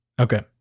Okay